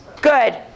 Good